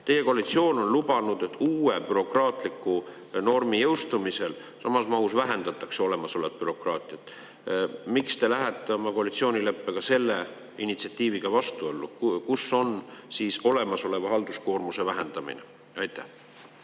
Teie koalitsioon on lubanud, et uue bürokraatliku normi jõustumisel samas mahus vähendatakse olemasolevat bürokraatiat. Miks te lähete oma koalitsioonileppega selle initsiatiiviga vastuollu? Kus on siis olemasoleva halduskoormuse vähendamine? Härra